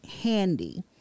handy